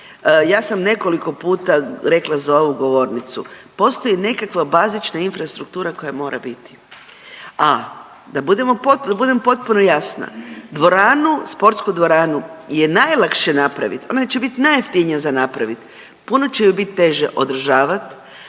ja sam nekoliko puta rekla za ovu govornicu, postoji nekakva bazična infrastruktura koja mora biti, a da budemo potpuno, da budem potpuno jasna dvoranu, sportsku dvoranu je najlakše napraviti, ona će biti najjeftinija za napraviti puno će ju bit teže održavat,